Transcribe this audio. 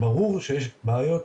ברור שיש בעיות,